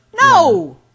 no